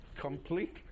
complete